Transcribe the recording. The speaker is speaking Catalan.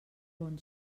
bon